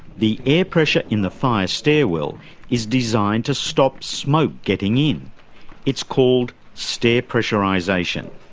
the air pressure in the fire stairwell is designed to stop smoke getting in it's called stair pressurisation.